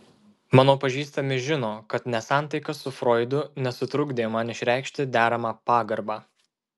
mano pažįstami žino kad nesantaika su froidu nesutrukdė man išreikšti deramą pagarbą